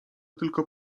tylko